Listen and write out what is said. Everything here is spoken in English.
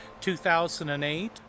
2008